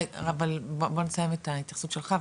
אבל בוא נסיים את ההתייחסות שלך,